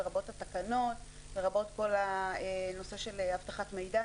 לרבות התקנות ולרבות הנושא של אבטחת מידע.